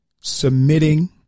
submitting